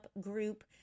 group